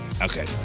Okay